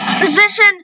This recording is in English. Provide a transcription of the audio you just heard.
position